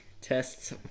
tests